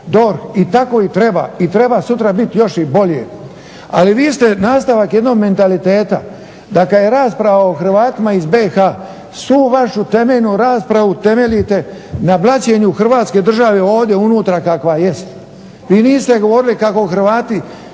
I tako i treba i treba sutra biti još i bolje. Ali vi ste nastavak jednog mentaliteta, da kad je rasprava o Hrvatima iz BiH svu vašu temeljnu raspravu temeljite na blaćenju Hrvatske države ovdje unutra kakva jest. I niste govorili kako Hrvati,